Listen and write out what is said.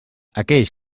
aquells